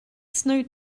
snowed